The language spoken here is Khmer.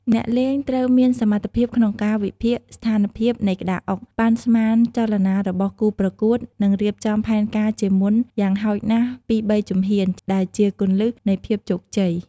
អ្នកលេងត្រូវមានសមត្ថភាពក្នុងការវិភាគស្ថានភាពនៃក្តារអុក ប៉ាន់ស្មានចលនារបស់គូប្រកួត និងរៀបចំផែនការជាមុនយ៉ាងហោចណាស់ពីរបីជំហាន ដែលជាគន្លឹះនៃភាពជោគជ័យ។